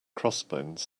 crossbones